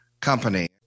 company